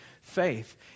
faith